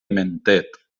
mentet